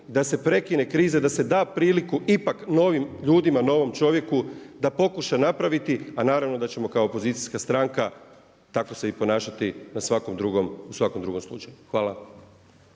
da se prekine kriza, da se da priliku ipak novim ljudima, novom čovjeku da pokuša napraviti, a naravno da ćemo kao opozicijska stranka tako se i ponašati u svakom drugom slučaju. Hvala.